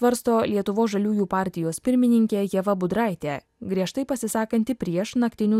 svarsto lietuvos žaliųjų partijos pirmininkė ieva budraitė griežtai pasisakanti prieš naktinių